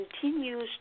continues